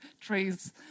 trees